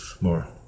more